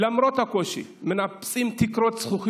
למרות הקושי, מנפצים תקרת זכוכית,